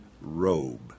robe